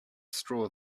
straw